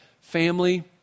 Family